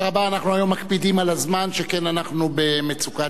אנחנו היום מקפידים על הזמן שכן אנחנו במצוקת זמן.